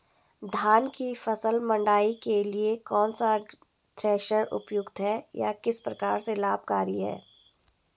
धान की फसल मड़ाई के लिए कौन सा थ्रेशर उपयुक्त है यह किस प्रकार से लाभकारी है?